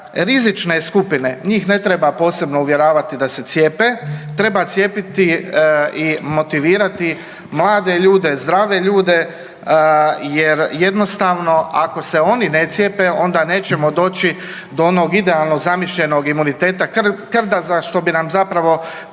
rizične skupine njih ne treba posebno uvjeravati da se cijepe, treba cijepiti i motivirati mlade ljude, zdrave ljude jer jednostavno ako se oni ne cijepe onda nećemo doći do onog idealno zamišljenog imuniteta krda za što bi nam zapravo trebalo